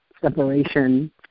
separation